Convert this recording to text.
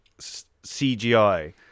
CGI